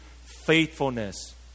faithfulness